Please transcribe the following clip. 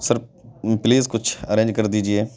سر please کچھ arrange کر دیجیے